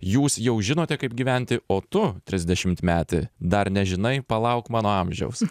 jūs jau žinote kaip gyventi o tu trisdešimtmeti dar nežinai palauk mano amžiaus